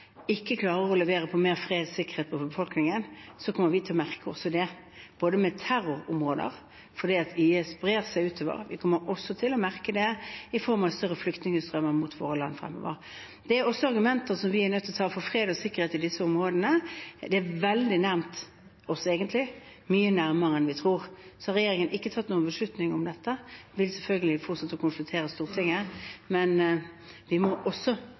ikke klarer å levere mer fred og sikkerhet til befolkningen, kommer vi også til å merke det, både gjennom terrorområder, ved at IS brer seg utover, og i form av større flyktningstrømmer mot vårt land fremover. Det er også argumenter vi må ta i betraktning i forbindelse med fred og sikkerhet i disse områdene. Dette er egentlig veldig nært oss, mye nærmere enn vi tror. Regjeringen har ikke tatt en beslutning om dette. Vi vil selvfølgelig fortsette å konsultere Stortinget. Men vi må passe på at vi ser hvilke konflikter som kan ramme oss også.